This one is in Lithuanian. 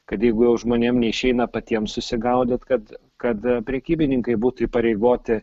kad jeigu jau žmonėm neišeina patiem susigaudyt kad kad prekybininkai būtų įpareigoti